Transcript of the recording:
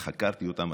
וחקרתי אותם,